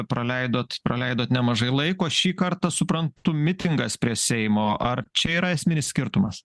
praleidot praleidot nemažai laiko šį kartą suprantu mitingas prie seimo ar čia yra esminis skirtumas